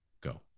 go